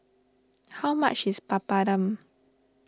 how much is Papadum